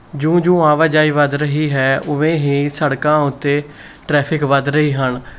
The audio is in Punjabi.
ਜਿਉਂ ਜਿਉਂ ਆਵਾਜਾਈ ਵੱਧ ਰਹੀ ਹੈ ਉਵੇਂ ਹੀ ਸੜਕਾਂ ਉੱਤੇ ਟ੍ਰੈਫਿਕ ਵੱਧ ਰਹੀ ਹਨ